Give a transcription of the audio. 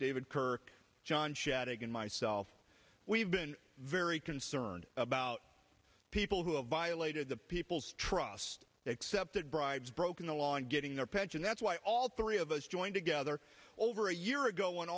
david kirk john shadegg and myself we've been very concerned about people who have violated the people's trust they accepted bribes broken the law in getting their pension that's why all three of us joined together over a year ago when